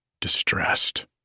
distressed